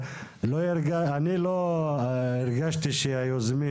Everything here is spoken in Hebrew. אני לא הרגשתי שהיוזמים